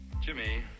Jimmy